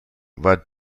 war